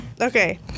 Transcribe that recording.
Okay